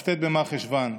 בכ"ט במרחשוון.